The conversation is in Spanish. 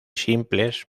simples